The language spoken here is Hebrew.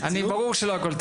ברור שלא הכול תקציב.